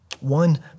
One